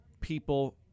people